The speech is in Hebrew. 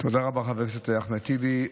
תודה רבה, חבר הכנסת אחמד טיבי.